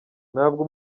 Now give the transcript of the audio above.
ntabwo